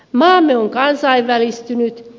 maamme on kansainvälistynyt